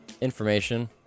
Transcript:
Information